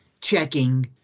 checking